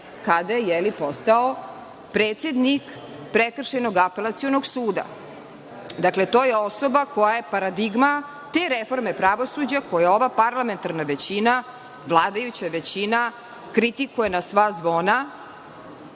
kada je postao predsednik Prekršajnog apelacionog suda. Dakle, to je osoba koja je paradigma te reforme pravosuđa koju ova parlamentarna većina, vladajuća većina kritikuje na sva zvona,